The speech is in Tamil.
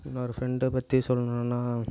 இன்னொரு ஃப்ரெண்டை பற்றி சொல்லணும்னா